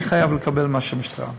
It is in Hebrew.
אני חייב לקבל מה שהמשטרה אומרת.